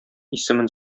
исемен